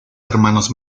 hermanos